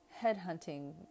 headhunting